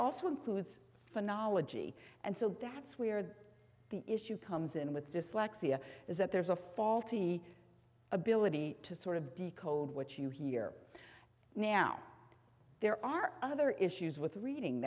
also includes phonology and so that's where the issue comes in with dyslexia is that there's a faulty ability to sort of decode what you hear now there are other issues with reading